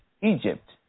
Egypt